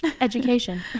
Education